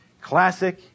Classic